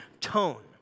tone